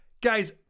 Guys